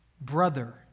brother